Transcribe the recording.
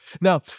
Now